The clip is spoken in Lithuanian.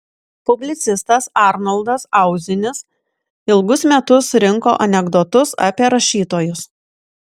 publicistas arnoldas auzinis ilgus metus rinko anekdotus apie rašytojus